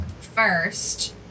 first